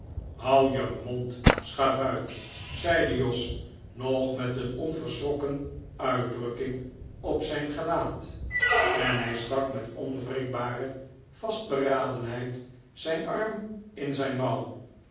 houd je mond schavuit zeide jos nog met een onverschrokken uitdrukking op zijn gelaat en hij stak met onwrikbare vastberadenheid zijn arm in zijn mouw